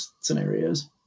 scenarios